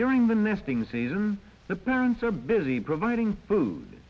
during the nesting season the parents are busy providing food